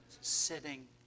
sitting